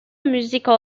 musical